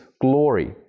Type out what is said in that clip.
glory